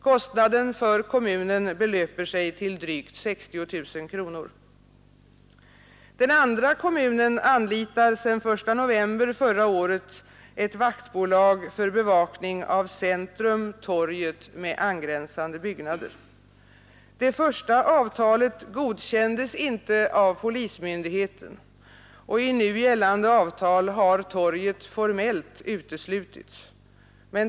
Kostnaden för kommunen belöper sig till drygt 60 000 kronor. Den andra kommunen anlitar sedan den 1 november förra året ett vaktbolag för bevakning av centrum och torget med angränsande byggnader. Det första avtalet godkändes inte av polismyndigheten, och i nu gällande avtal har torget formellt uteslutits.